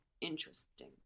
interesting